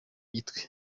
gitwe